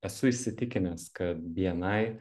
esu įsitikinęs kad bni